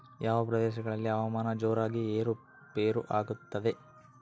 ಯಾವ ಪ್ರದೇಶಗಳಲ್ಲಿ ಹವಾಮಾನ ಜೋರಾಗಿ ಏರು ಪೇರು ಆಗ್ತದೆ?